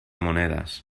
monedas